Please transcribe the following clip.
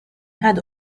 had